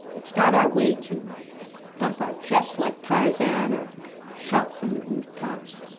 it's not our way to thump our chests like tarzan or shout from the rooftops.